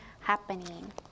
happening